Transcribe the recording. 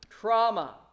Trauma